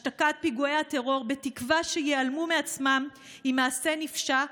השתקת פיגועי הטרור בתקווה שייעלמו מעצמם היא מעשה נפשע,